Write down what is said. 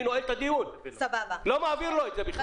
אני נועל את הדיון ולא מעביר לו את זה בכלל.